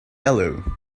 yellow